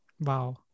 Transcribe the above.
Wow